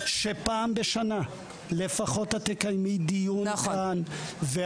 שפעם בשנה לפחות את תקיימי דיון כאן.